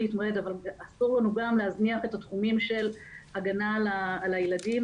אסור לנו גם להזניח את התחומים של הגנה על הילדים,